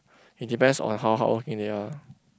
it depends on how hardworking they are